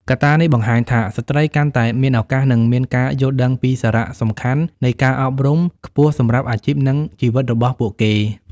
កត្តានេះបង្ហាញថា ស្ត្រីកាន់តែមានឱកាសនិងមានការយល់ដឹងពីសារៈសំខាន់នៃការអប់រំខ្ពស់សម្រាប់អាជីពនិងជីវិតរបស់ពួកគេ។